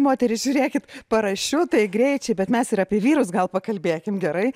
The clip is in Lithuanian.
moterys žiūrėkit parašiutai greičiai bet mes ir apie vyrus gal pakalbėkim gerai